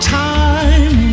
time